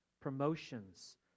promotions